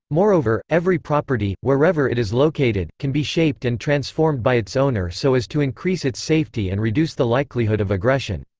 moreover, every property, wherever it is located, can be shaped and transformed by its owner so as to increase its safety and reduce the likelihood of aggression.